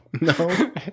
no